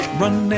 run